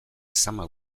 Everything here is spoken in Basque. zama